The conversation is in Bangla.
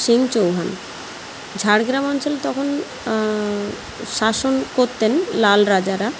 সিং চৌহান ঝাড়গ্রাম অঞ্চল তখন শাসন করতেন লাল রাজারা